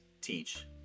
teach